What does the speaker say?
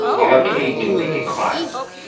our cage we make a choir,